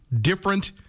different